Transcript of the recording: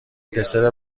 دسر